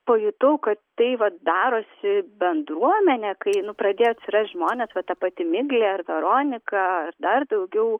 pajutau kad tai vat darosi bendruomenė kai pradėjo atsirast žmonės vat ta pati miglė ar veronika dar daugiau